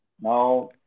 Now